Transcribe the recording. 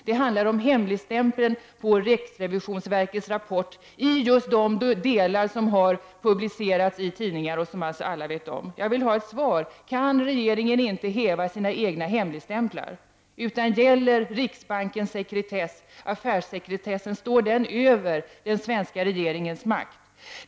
Det handlar således om hemligstämpeln beträffande riksrevisionsverkets rapport i just de delar som har publicerats i tidningar och som alltså alla känner till. Kan regeringen inte upphäva sin egen hemligstämpling? Är det endast riksbankens affärssekretess som gäller? Står denna över den svenska regeringens makt?